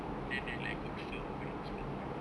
then they like got found by those people